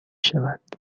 شود